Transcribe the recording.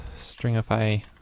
stringify